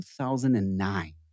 2009